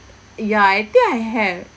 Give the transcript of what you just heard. ya I think I have